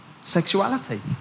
sexuality